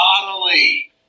bodily